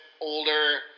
older